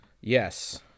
Yes